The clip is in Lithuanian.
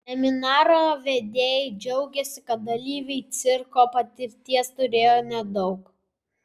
seminaro vedėjai džiaugėsi kad dalyviai cirko patirties turėjo nedaug